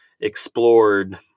explored